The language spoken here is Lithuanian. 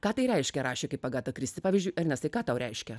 ką tai reiškia rašė kaip agata kristi pavyzdžiui ernestai ką tau reiškia